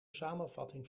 samenvatting